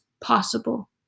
Possible